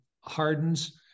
hardens